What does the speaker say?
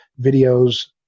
videos